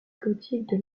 gothique